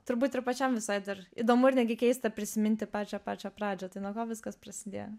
turbūt ir pačiam visai dar įdomu ir netgi keista prisiminti pačią pačią pradžią tai nuo ko viskas prasidėjo